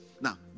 now